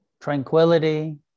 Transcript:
tranquility